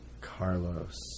Carlos